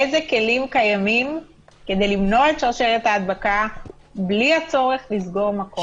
איזה כלים קיימים כדי למנוע את שרשרת ההדבקה בלי הצורך לסגור מקום?